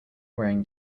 wearing